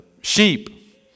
sheep